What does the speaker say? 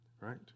Right